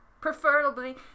Preferably